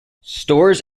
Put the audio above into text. stores